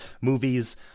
movies